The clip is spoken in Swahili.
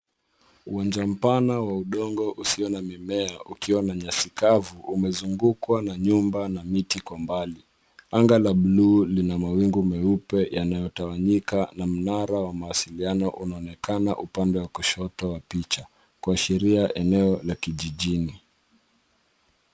Uwanja mpana wa udongo usio na mimea ukiwa na nyasi kavu umezungukwa na nyumba na miti kwa mbali. Anga la buluu lina mawingu meupe yanayotawanyika na mnara wa mawasiliano unaonekana upande wa kushoto wa picha kuashiria eneo la kijijini.